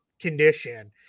condition